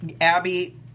Abby